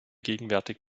gegenwärtig